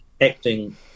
acting